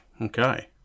okay